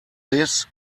this